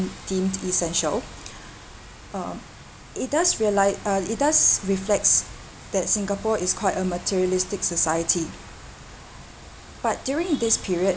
deemed essential uh it does reali~ uh it does reflects that singapore is quite a materialistic society but during this period